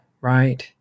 right